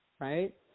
right